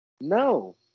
No